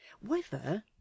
Whether